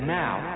now